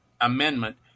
amendment